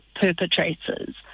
perpetrators